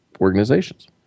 organizations